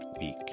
week